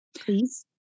please